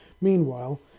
Meanwhile